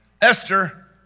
Esther